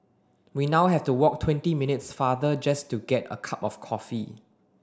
we now have to walk twenty minutes farther just to get a cup of coffee